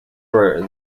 were